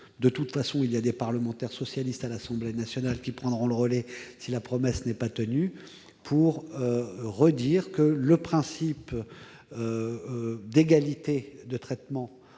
De toute façon, les parlementaires socialistes qui siègent à l'Assemblée nationale prendront le relais si la promesse n'est pas tenue, pour redire que le principe d'égalité de traitement